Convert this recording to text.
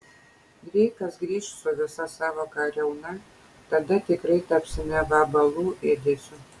dreikas grįš su visa savo kariauna tada tikrai tapsime vabalų ėdesiu